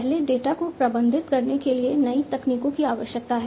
पहले डेटा को प्रबंधित करने के लिए नई तकनीकों की आवश्यकता है